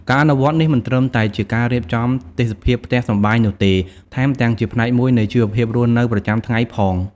ការអនុវត្តនេះមិនត្រឹមតែជាការរៀបចំទេសភាពផ្ទះសម្បែងនោះទេ ថែមទាំងជាផ្នែកមួយនៃជីវភាពរស់នៅប្រចាំថ្ងៃផង។